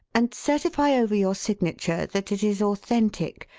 and certify over your signature that it is authentic,